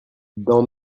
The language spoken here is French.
dans